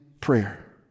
prayer